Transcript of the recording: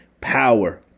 Power